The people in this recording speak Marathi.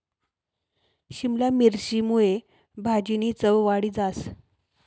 शिमला मिरची मुये भाजीनी चव वाढी जास